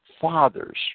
fathers